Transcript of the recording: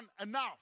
enough